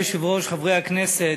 היושב-ראש, חברי הכנסת,